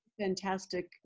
fantastic